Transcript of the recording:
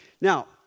Now